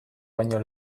baino